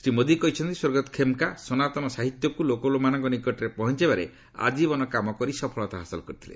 ଶ୍ରୀ ମୋଦି କହିଛନ୍ତି ସ୍ୱର୍ଗତ ଖେମ୍କା ସନାତନ ସାହିତ୍ୟକୁ ଲୋକମାନଙ୍କ ନିକଟରେ ପହଞ୍ଚାଇବାରେ ଆଜୀବନ କାମ କରି ସଫଳତା ହାସଲ କରିଥିଲେ